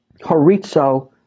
horizo